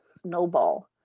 snowball